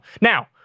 Now